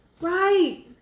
Right